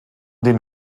den